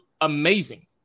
amazing